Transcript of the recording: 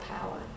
power